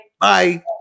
Bye